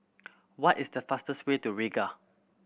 what is the fastest way to Riga